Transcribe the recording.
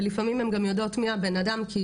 ולפעמים הן גם יודעות מי הבן אדם כי,